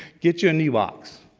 get you a new box.